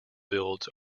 builds